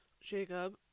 Jacob